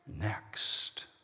next